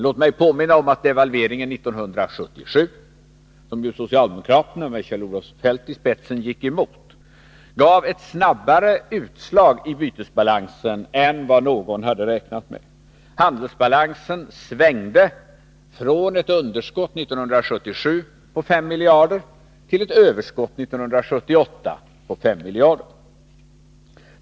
Låt mig påminna om att devalveringen 1977, som socialdemokraterna med Kjell Olof Feldt i spetsen gick emot, gav ett snabbare utslag i bytesbalansen än vad någon hade räknat med. Handelsbalansen svängde från ett underskott på 5 miljarder 1977 till ett överskott 1978 på 5 miljarder.